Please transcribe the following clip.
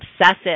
obsessive